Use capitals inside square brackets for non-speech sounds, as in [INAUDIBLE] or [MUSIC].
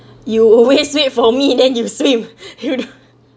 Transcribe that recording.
you always wait for me then you same you know [LAUGHS]